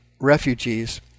refugees